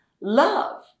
love